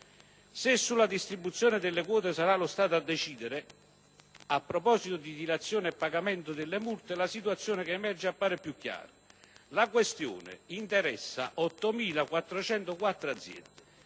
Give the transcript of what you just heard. Se sulla distribuzione delle quote sarà lo Stato a decidere, a proposito di dilazione e pagamento delle multe la situazione che emerge appare più chiara. La questione interessa 8.404 aziende,